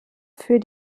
für